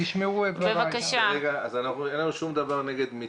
תשמעו את דבריי גם.